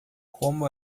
como